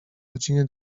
godzinie